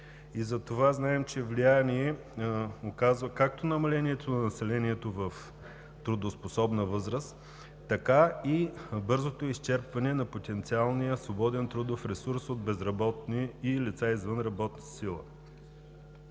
Затова знаем, че влияние оказва както намалението на населението в трудоспособна възраст, така и бързото изчерпване на потенциалния свободен трудов ресурс от безработни и лица извън работната сила.